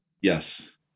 Yes